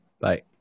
Bye